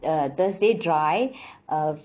err thursday dry err